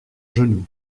genou